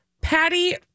Patty